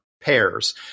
pairs